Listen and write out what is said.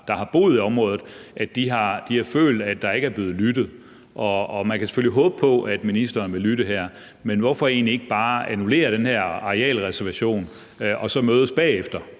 været, at de har følt, at der ikke er blevet lyttet, og man kan selvfølgelig håbe på, at ministeren vil lytte her. Men hvorfor egentlig ikke bare annullere den her arealreservation og så mødes bagefter?